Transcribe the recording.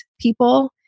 people